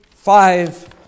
Five